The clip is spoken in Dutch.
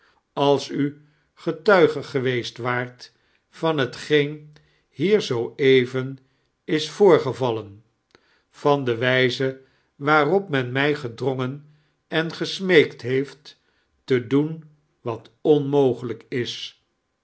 als u getuige geweest waaxt van hetgeen hier zoo erven is voorgevallen van de wijze waanop mien mij gedrongen en gesmeekt heeft te doen wat onmogelijk is